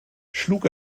schlug